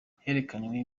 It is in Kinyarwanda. herekanywe